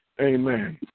Amen